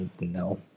no